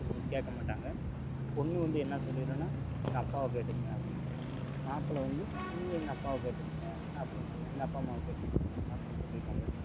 கேட்க மாட்டாங்க பொண்ணு வந்து என்ன சொல்லிவிடுன்னா எங்கள் அப்பாவை கேட்டுக்கங்க அப்படின்றும் மாப்பிளை வந்து நீங்கள் எங்கள் அப்பாவை கேட்டுக்கங்க அப்படின்னு சொல்லிவிடுவாங்க எங்கள் அப்பா அம்மாவை கேட்டுக்கங்க அப்படின் சொல்லிவிடுவாங்க